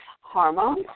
hormones